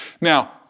Now